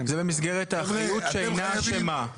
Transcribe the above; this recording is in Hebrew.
זה במסגרת האחריות של מדינה שלמה.